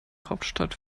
hauptstadt